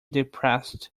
depressed